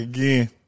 Again